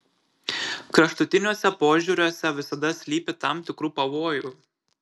kraštutiniuose požiūriuose visada slypi tam tikrų pavojų